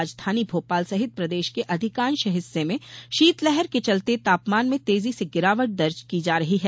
राजधानी भोपाल सहित प्रदेश के अधिकांश हिस्से में शीतलहर के चलते तापमान में तेजी से गिरावट दर्ज की जा रही है